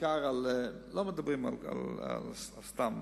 על סתם.